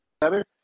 better